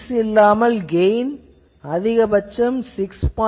lens இல்லாமல் gain அதிகபட்சம் 6